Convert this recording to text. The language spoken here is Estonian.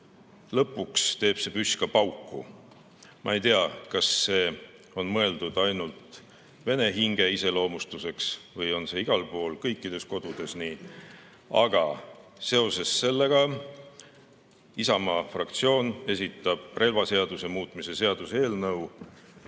lõpuks teeb see püss ka pauku. Ma ei tea, kas see on mõeldud ainult vene hinge iseloomustuseks või on see igal pool, kõikides kodudes nii. Aga seoses sellega esitab Isamaa fraktsioon relvaseaduse muutmise seaduse eelnõu,